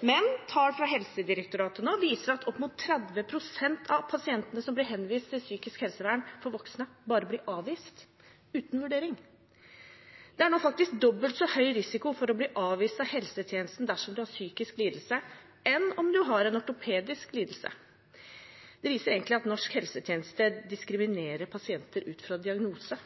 men tall fra Helsedirektoratet viser at opp mot 30 pst. av pasientene som blir henvist til psykisk helsevern for voksne, bare blir avvist – uten vurdering. Det er nå faktisk dobbelt så høy risiko for å bli avvist av helsetjenesten dersom en har en psykisk lidelse, som om en har en ortopedisk lidelse. Det viser egentlig at norsk helsetjeneste diskriminerer pasienter ut fra diagnose.